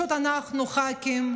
אנחנו הח"כים,